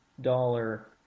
dollar